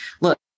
look